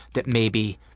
that maybe.